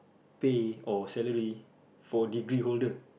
pay or salary for degree holder